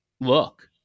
look